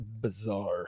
bizarre